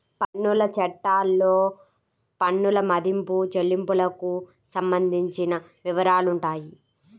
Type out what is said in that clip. పన్నుల చట్టాల్లో పన్నుల మదింపు, చెల్లింపులకు సంబంధించిన వివరాలుంటాయి